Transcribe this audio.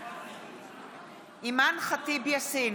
בעד אימאן ח'טיב יאסין,